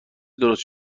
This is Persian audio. درست